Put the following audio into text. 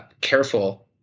careful